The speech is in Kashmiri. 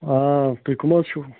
آ تُہۍ کَم حظ چھُو